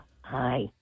Hi